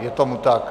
Je tomu tak.